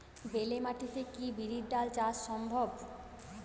বেলে মাটিতে কি বিরির ডাল চাষ সম্ভব?